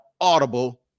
audible